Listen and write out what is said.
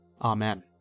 Amen